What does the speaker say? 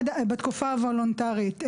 בתקופה הוולונטארית,